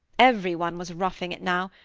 everyone was roughing it now,